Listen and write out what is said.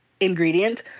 Ingredient